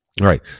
right